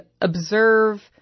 observe